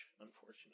unfortunately